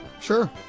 Sure